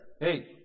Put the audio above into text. hey